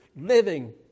living